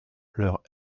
leur